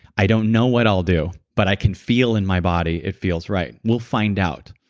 i don't know what i'll do, but i can feel in my body, it feels right. we'll find out.